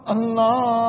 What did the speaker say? Allah